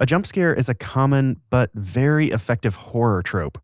a jump scare is a common, but very effective horror trope.